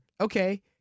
okay